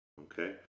okay